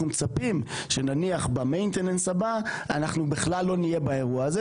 מצפים שנניח ב-maintenance הבא אנחנו בכלל לא נהיה באירוע הזה.